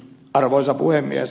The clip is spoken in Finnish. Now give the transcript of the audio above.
arvoisa puhemies